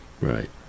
Right